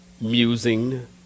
musing